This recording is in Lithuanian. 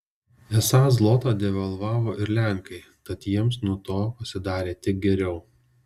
esą zlotą devalvavo ir lenkai tad jiems nuo to pasidarė tik geriau